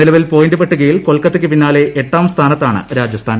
നിലവിൽ പോയിന്റ് പട്ടികയിൽ കൊ്ൽക്ക്ത്തയ്ക്ക് പിന്നാലെ എട്ടാം സ്ഥാനത്താണ് രാജസ്ഥാൻ